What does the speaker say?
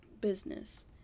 Business